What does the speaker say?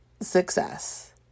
success